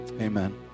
Amen